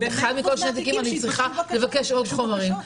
אחד מכל שני תיקים אני צריכה לבקש עוד חומרים?